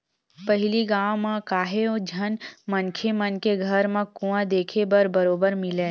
पहिली गाँव म काहेव झन मनखे मन के घर म कुँआ देखे बर बरोबर मिलय